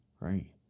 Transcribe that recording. Right